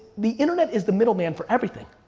the internet is the middleman for everything.